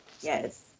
Yes